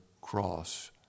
cross